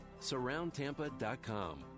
Surroundtampa.com